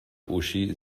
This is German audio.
uschi